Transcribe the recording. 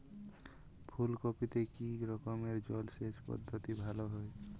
ফুলকপিতে কি রকমের জলসেচ পদ্ধতি ভালো হয়?